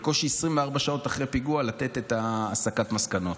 ובקושי 24 שעות אחרי פיגוע לתת את הסקת המסקנות.